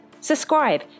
Subscribe